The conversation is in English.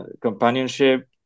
companionship